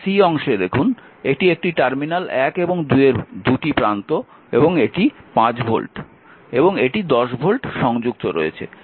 এবার অংশে এখানে দেখুন এই টার্মিনাল 1 এবং 2 এর দুই প্রান্তে এটি একটি 5 ভোল্ট এবং এটি একটি 10 ভোল্ট সংযুক্ত রয়েছে